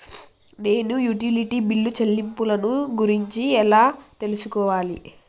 నేను utility bill చెల్లింపులను గురించి ఎలా తెలుసుకోవాలి?